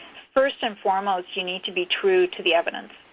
first and foremost, you need to be true to the evidence.